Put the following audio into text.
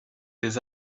des